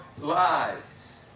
lives